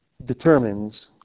determines